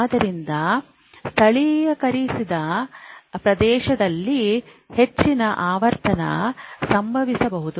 ಆದ್ದರಿಂದ ಸ್ಥಳೀಕರಿಸಿದ ಪ್ರದೇಶದಲ್ಲಿ ಹೆಚ್ಚಿನ ಆವರ್ತನ ಸಂಭವಿಸಬಹುದು